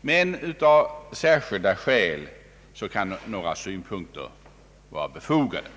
men av särskilda skäl kan några synpunkter vara befogade.